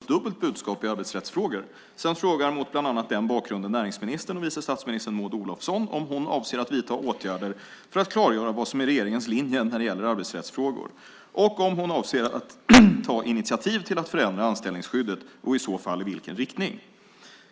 Herr talman! Patrik Björck anför i sin interpellation att regeringen ända sedan den tillträdde har framfört ett dubbelt budskap i arbetsrättsfrågor samt frågar mot bland annat den bakgrunden näringsministern och vice statsministern Maud Olofsson om hon avser att vidta åtgärder för att klargöra vad som är regeringens linje när det gäller arbetsrättsfrågor och om hon avser att ta initiativ till att förändra anställningsskyddet, och i så fall i vilken riktning.